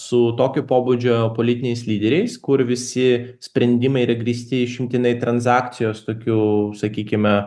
su tokio pobūdžio politiniais lyderiais kur visi sprendimai yra grįsti išimtinai transakcijos tokiu sakykime